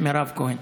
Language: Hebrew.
מירב כהן,